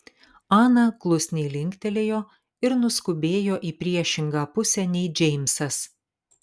ana klusniai linktelėjo ir nuskubėjo į priešingą pusę nei džeimsas